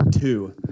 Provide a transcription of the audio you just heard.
two